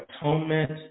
atonement